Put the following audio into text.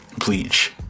Bleach